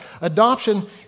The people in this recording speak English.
Adoption